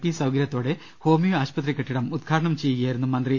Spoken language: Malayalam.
പി സൌകര്യത്തോടെ ഹോമിയോ ആശുപത്രി കെട്ടിടം ഉദ്ഘാടനം ചെയ്ത് സം സാരിക്കുകയായിരുന്നു മന്ത്രി